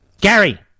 Gary